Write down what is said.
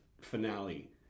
finale